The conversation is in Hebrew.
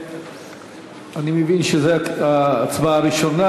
אני מבין שזו ההצבעה הראשונה.